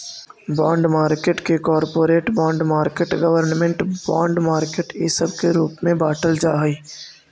bond market के corporate bond market government bond market इ सब के रूप में बाटल जा हई